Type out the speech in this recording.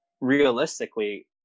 realistically